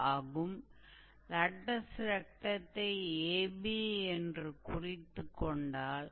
तो हम इसे के रूप में लिख सकते हैं तो यहाँ से हमारे पास